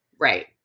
Right